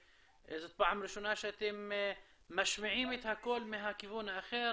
זו פעם ראשונה שאתם משמיעים את הקול מהכיוון האחר,